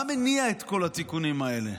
מה מניע את כל התיקונים האלה?